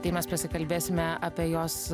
tai mes pasikalbėsime apie jos